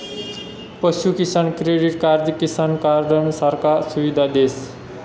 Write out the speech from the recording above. पशु किसान क्रेडिट कार्डबी किसान कार्डनं सारखा सुविधा देस